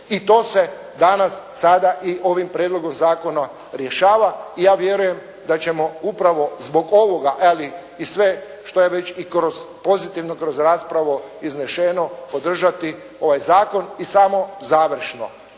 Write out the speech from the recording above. I to se danas, sada i ovim prijedlogom zakona rješava. I ja vjerujem da ćemo upravo zbog ovoga, ali i sve što je već i kroz pozitivno kroz raspravu izneseno, održati ovaj zakon. I samo završno.